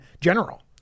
general